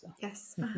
Yes